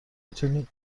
میتونی